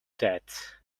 that